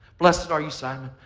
blessed are you, simon.